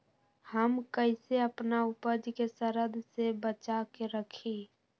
हम कईसे अपना उपज के सरद से बचा के रखी?